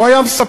הוא היה מספר,